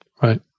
Right